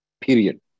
Period